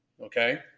Okay